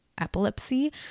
epilepsy